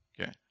Okay